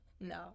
No